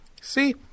see